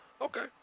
Okay